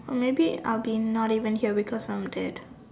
or maybe I'll be not even here because I'm dead